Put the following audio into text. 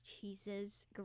cheeses